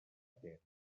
aquest